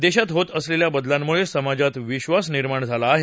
देशात होत असलेल्या बदलांमुळे समाजात विक्वास निर्माण झाला आहे